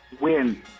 Win